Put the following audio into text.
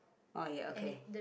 oh ya okay